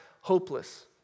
hopeless